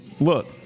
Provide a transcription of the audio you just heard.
look